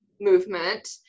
movement